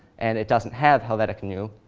and it doesn't have helvetica neue,